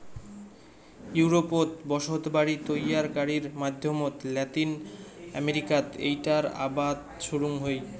ইউরোপত বসতবাড়ি তৈয়ারকারির মাধ্যমত লাতিন আমেরিকাত এ্যাইটার আবাদ শুরুং হই